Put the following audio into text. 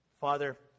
Father